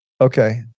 Okay